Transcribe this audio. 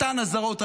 אותן אזהרות,